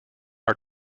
are